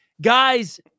guys